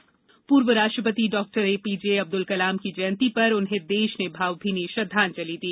कलाम जयंती पूर्व राष्ट्रपति डॉक्टर एपीजे अब्दुल कलाम की जयंती पर उन्हें देश भावभीनी श्रद्दांजलि दी